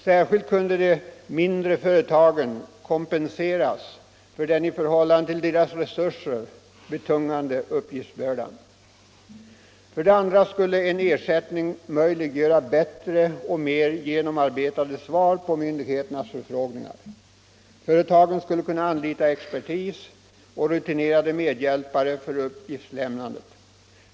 Särskilt kunde de — Nr 7 mindre företagen kompenseras för den i förhållande till deras resurser Onsdagen den betungande uppgiftsbördan. 22 oktober 1975 2. En ersättning kunde möjliggöra bättre och mer genomarbetade svar på myndigheternas förfrågningar. Företagen skulle kunna anlita expertis Företagens uppoch rutinerade medhjälpare för uppgiftslämnandet.